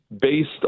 based